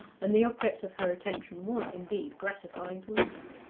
and the object of her attention was, indeed, gratifying to look at.